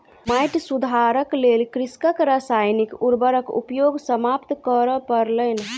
माइट सुधारक लेल कृषकक रासायनिक उर्वरक उपयोग समाप्त करअ पड़लैन